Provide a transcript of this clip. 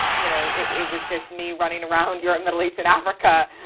you know, it was just me running around europe, middle east and africa,